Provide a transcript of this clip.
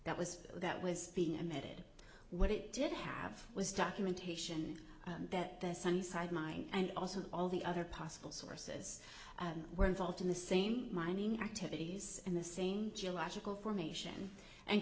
that was that was being emitted what it did have was documentation that the sun sideline and also all the other possible sources were involved in the same mining activities in the same geological formation and